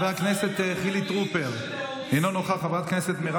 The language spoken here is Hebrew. חבר הכנסת חילי טרופר, אינו נוכח, חברת הכנסת מרב